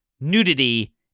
nudity